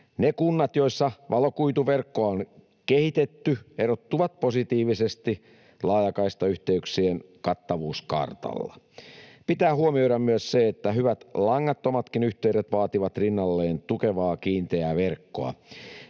Ne kunnat, joissa valokuituverkkoa on kehitetty, erottuvat positiivisesti laajakaistayhteyksien kattavuuskartalla. Pitää huomioida myös se, että hyvät langattomatkin yhteydet vaativat rinnalleen tukevaa kiinteää verkkoa.